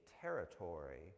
territory